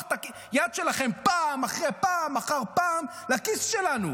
את היד שלכם פעם אחרי פעם אחר פעם לכיס שלנו.